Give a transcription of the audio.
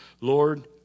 Lord